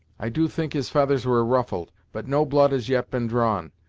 i do think his feathers were ruffled, but no blood has yet been drawn,